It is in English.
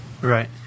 Right